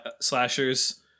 slashers